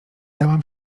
dałam